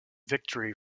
victory